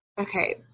Okay